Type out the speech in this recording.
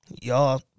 y'all